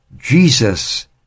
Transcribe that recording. Jesus